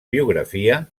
biografia